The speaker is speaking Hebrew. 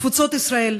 תפוצות ישראל.